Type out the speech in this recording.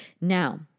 Now